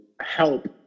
help